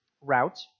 route